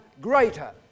greater